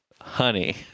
honey